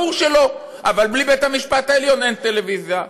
ברור שלא, אבל בלי בית-המשפט העליון אין טלוויזיה.